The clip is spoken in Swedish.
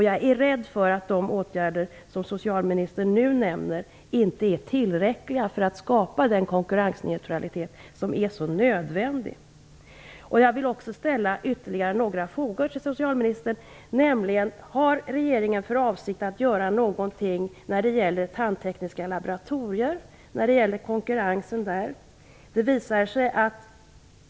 Jag är rädd för att de åtgärder som socialministern nu nämner inte är tillräckliga för att skapa den konkurrensneutralitet som verkligen är nödvändig. Har regeringen för avsikt att göra något när det gäller tandtekniska laboratorier och konkurrensen där?